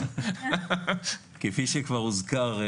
כפי שכבר הוזכר,